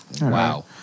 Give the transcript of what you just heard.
Wow